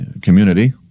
community